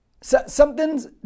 Something's